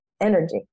energy